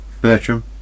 Bertram